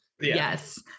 yes